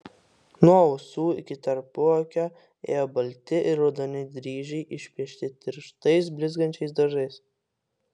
nuo ausų iki tarpuakio ėjo balti ir raudoni dryžiai išpiešti tirštais blizgančiais dažais